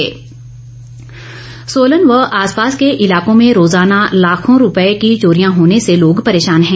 चोर गिरोह सोलन व आसपास के इलाकों में रोज़ाना लाखों रूपए की चोरियां होने से लोग परेशान है